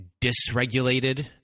dysregulated